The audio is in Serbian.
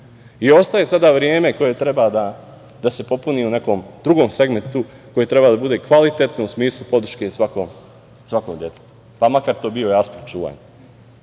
i ostaje sada vreme koje treba da se popuni u nekom drugom segmentu koje treba da bude kvalitetno u smislu podrške svakom detetu, pa makar to bio i aspekt